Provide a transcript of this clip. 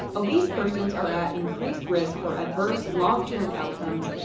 obese persons are at increased risk for adverse long-term outcomes,